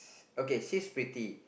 okay she's pretty